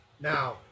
Now